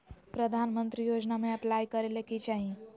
प्रधानमंत्री योजना में अप्लाई करें ले की चाही?